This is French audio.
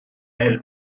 elle